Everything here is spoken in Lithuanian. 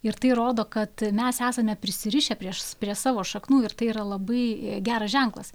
ir tai rodo kad mes esame prisirišę prieš prie savo šaknų ir tai yra labai geras ženklas